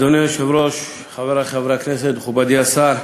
אדוני היושב-ראש, חברי חברי הכנסת, מכובדי השר,